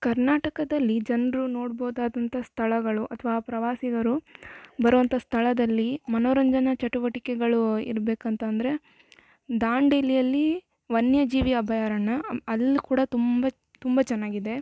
ಕರ್ನಾಟಕದಲ್ಲಿ ಜನರು ನೋಡ್ಬೌದಾದಂಥ ಸ್ಥಳಗಳು ಅಥ್ವಾ ಪ್ರವಾಸಿಗರು ಬರೋವಂಥ ಸ್ಥಳದಲ್ಲಿ ಮನೋರಂಜನ ಚಟುವಟಿಕೆಗಳು ಇರ್ಬೇಕು ಅಂತಂದರೆ ದಾಂಡೇಲಿಯಲ್ಲಿ ವನ್ಯ ಜೀವಿ ಅಭಯಾರಣ್ಯ ಅಲ್ಲಿ ಕೂಡ ತುಂಬ ತುಂಬ ಚನ್ನಾಗಿದೆ